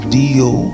deal